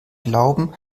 glauben